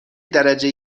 درجه